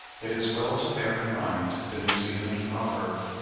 it is well to bear in mind the new zealand proverb,